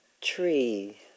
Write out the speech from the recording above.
tree